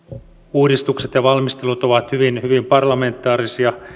uudistukset ja valmistelut ovat hyvin hyvin parlamentaarisia